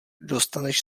dostaneš